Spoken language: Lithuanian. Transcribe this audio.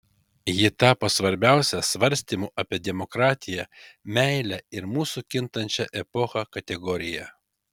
ji tapo svarbiausia svarstymų apie demokratiją meilę ir mūsų kintančią epochą kategorija